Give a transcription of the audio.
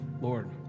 Lord